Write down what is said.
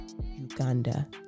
Uganda